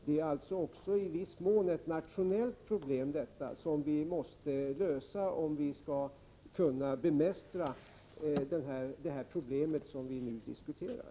Detta är således i viss mån ett nationellt problem, som vi måste lösa om vi skall kunna bemästra det problem som vi nu diskuterar.